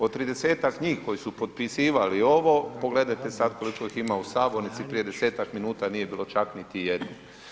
Od 30-tak njih koji su potpisivali ovo, pogledajte sad koliko ih ima u sabornici, prije 10-tak minuta nije bilo čak niti jednog.